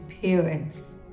parents